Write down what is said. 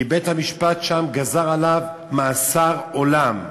כי בית-המשפט שם גזר עליו מאסר עולם.